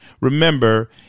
Remember